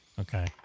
Okay